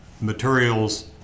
materials